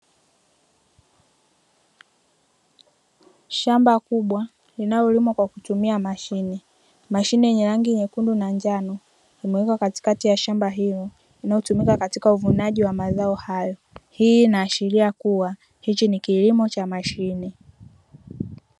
Shamba kubwa linalolimwa kwa kutumia mashine, mashine yenye rangi nyekundu na njano imewekwa katikati ya shamba hilo, inayotumika katika uvunaji wa mazao hayo. Hii inaashiria kuwa hiki ni kilimo cha mashine.